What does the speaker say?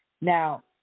Now